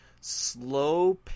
slow